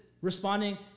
responding